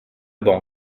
bon